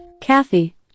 Kathy